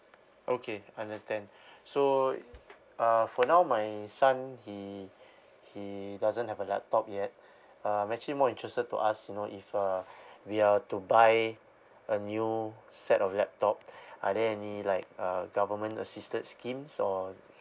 okay understand so uh for now my son he he doesn't have a laptop yet um actually more interested to ask you know if uh we are to buy a new set of laptop are there any like uh government assisted schemes or